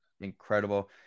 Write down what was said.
incredible